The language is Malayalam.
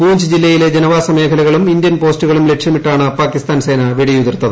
പൂഞ്ച് ജില്ലയിലെ ജനവാസ മേഖലകളും ഇന്ത്യൻ പോസ്റ്ററുകളും ലക്ഷ്യമിട്ടാണ് പാകിസ്ഥാൻ സേന വെടിയുതിർത്ത്